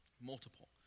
Multiple